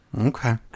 Okay